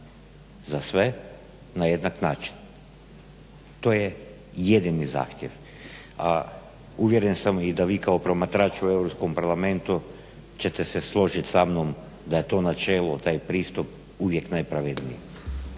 za sve na jednak način to je jedini zahtjev. A uvjeren sam da vi kao promatrač u Europskom parlamentu ćete se složiti sa mnom da je to načelo, taj pristup uvijek najpravedniji.